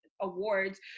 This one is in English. awards